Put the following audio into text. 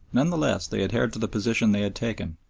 none the less they adhered to the position they had taken,